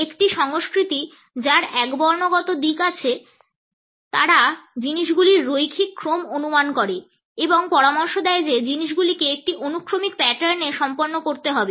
একটি সংস্কৃতি যার একবর্ণ গত দিক আছে তারা আমাদের জিনিসগুলির রৈখিক ক্রম অনুমান করে এবং পরামর্শ দেয় যে জিনিসগুলিকে একটি অনুক্রমিক প্যাটার্নে সম্পন্ন করতে হবে